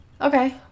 Okay